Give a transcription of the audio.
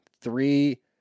three